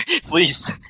Please